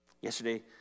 Yesterday